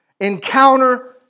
encounter